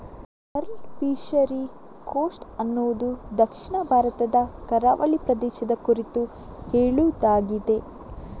pearl fishery coast ಅನ್ನುದು ದಕ್ಷಿಣ ಭಾರತದ ಕರಾವಳಿ ಪ್ರದೇಶದ ಕುರಿತು ಹೇಳುದಾಗಿದೆ